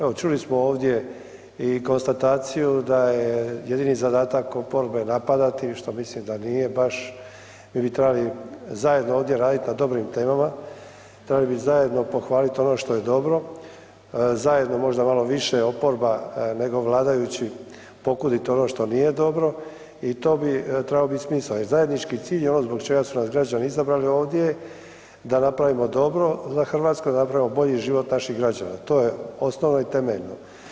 Evo, čuli smo ovdje i konstataciju da je jedini zadatak oporbe napadati, što mislim da nije baš, mi bi trebali zajedno ovdje radit na dobrim temama, trebali bi zajedno pohvalit ono što je dobro, zajedno možda malo više oporba nego vladajući pokudit ono što nije dobro i to bi trebao bit smisao jer zajednički cilj je ono zbog čega su nas građani izabrali ovdje da napravimo dobro za RH, da napravimo bolji život naših građana, to je osnovno i temeljno.